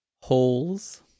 Holes